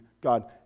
God